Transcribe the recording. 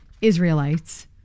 Israelites